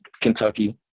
Kentucky